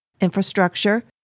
infrastructure